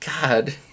God